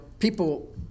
People